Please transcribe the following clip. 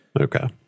Okay